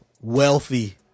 wealthy